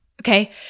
Okay